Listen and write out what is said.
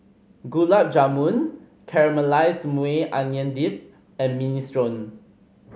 Gulab Jamun Caramelized Maui Onion Dip and Minestrone